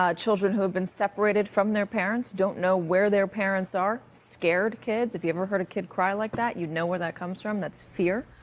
um children who have been separated from their parents, don't know where their parents are, scared kids. if you've ever heard a kid cry like that, you'd know where that comes from. that's fear.